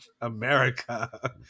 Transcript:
America